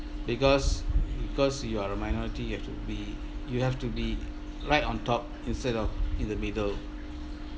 because because you're a minority you have to be you have to be right on top instead of in the middle